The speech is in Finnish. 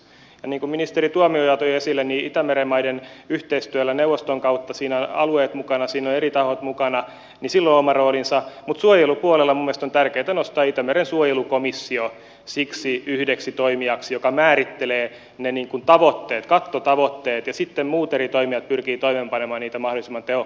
ja niin kuin ministeri tuomioja toi esille itämeren maiden yhteistyöllä neuvoston kautta siinä ovat alueet ja eri tahot mukana on oma roolinsa mutta suojelupuolella minun mielestäni on tärkeätä nostaa itämeren suojelukomissio siksi yhdeksi toimijaksi joka määrittelee ne kattotavoitteet ja sitten muut eri toimijat pyrkivät toimeenpanemaan niitä mahdollisimman tehokkaasti